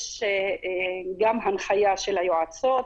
יש גם הנחייה של היועצות,